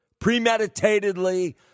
premeditatedly